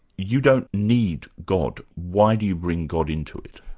you don't need god, why do you bring god into it?